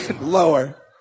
Lower